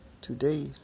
today